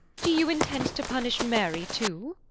do you intend to punish mary, too?